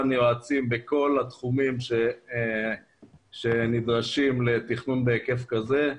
היועצים בכל התחומים הנדרשים לתכנון בהיקף כזה.